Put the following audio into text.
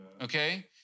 Okay